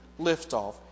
liftoff